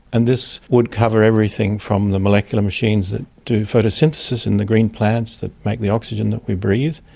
and this would cover everything from the molecular machines that do photosynthesis in the green plants that make the oxygen that we breathe,